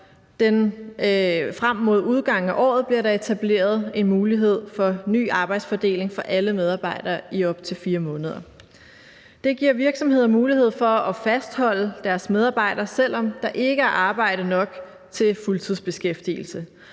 frem mod udgangen af året etableret en mulighed for en ny arbejdsfordeling for alle medarbejdere i op til 4 måneder. Det giver virksomheder mulighed for at fastholde deres medarbejdere, selv om der ikke er arbejde nok til fuldtidsbeskæftigelse.